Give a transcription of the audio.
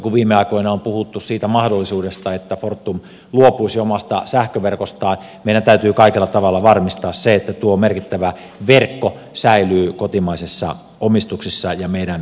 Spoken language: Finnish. kun viime aikoina on puhuttu siitä mahdollisuudesta että fortum luopuisi omasta sähköverkostaan meidän täytyy kaikella tavalla varmistaa se että tuo merkittävä verkko säilyy kotimaisessa omistuksessa ja meidän päätöksentekomme alla